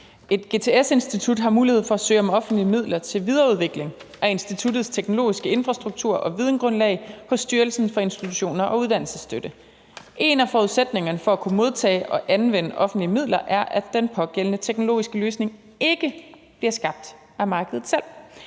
Et GTS-institut har mulighed for at søge om offentlige midler til videreudvikling af instituttets teknologiske infrastruktur og videngrundlag fra Styrelsen for Institutioner og Uddannelsesstøtte. En af forudsætningerne for at kunne modtage og anvende offentlige midler er, at den pågældende teknologiske løsning ikke bliver skabt af markedet selv.